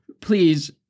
please